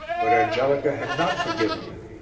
but angelica had not forgiven him,